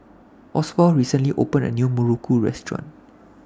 Oswald recently opened A New Muruku Restaurant